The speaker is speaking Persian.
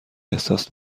احساس